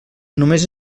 només